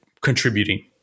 contributing